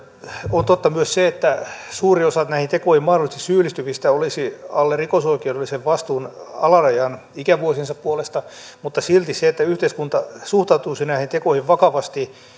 on totta myös se että suuri osa näihin tekoihin mahdollisesti syyllistyvistä olisi alle rikosoikeudellisen vastuun alarajan ikävuosiensa puolesta mutta silti se että yhteiskunta suhtautuisi näihin tekoihin vakavasti